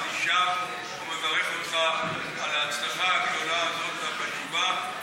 ואני שב ומברך אותך על ההצלחה הגדולה והחשובה כל כך,